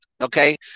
Okay